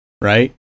Right